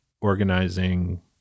organizing